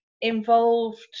involved